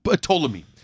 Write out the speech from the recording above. Ptolemy